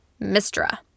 Mistra